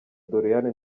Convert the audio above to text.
doriane